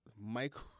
Michael